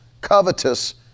covetous